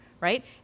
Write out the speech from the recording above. Right